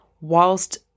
whilst